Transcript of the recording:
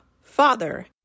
Father